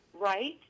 right